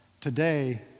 today